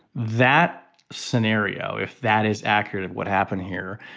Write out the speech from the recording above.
that scenario if that is accurate of what happened here